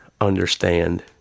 understand